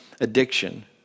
addiction